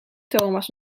thomas